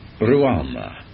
Ruama